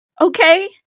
Okay